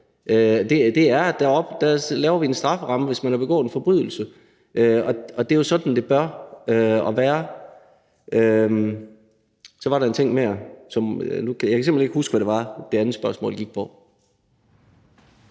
sådan, at man laver en strafferamme for folk, der har begået en forbrydelse, og det er jo sådan, det bør være. Så var der en ting mere, men jeg kan simpelt hen ikke huske, hvad det var, det andet spørgsmål gik på.